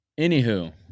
Anywho